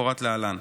כמפורט להלן: